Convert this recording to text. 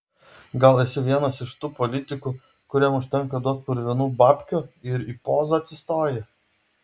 gal esi vienas iš tų politikų kuriam užtenka duot purvinų babkių ir į pozą atsistoji